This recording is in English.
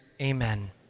amen